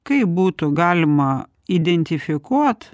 kaip būtų galima identifikuot